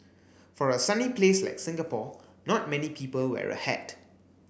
for a sunny place like Singapore not many people wear a hat